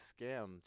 scam